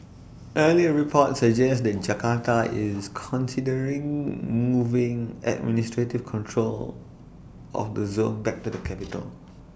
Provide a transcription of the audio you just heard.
earlier reports suggest that Jakarta is considering moving administrative control of the zone back to the capital